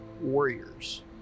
warriors